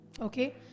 okay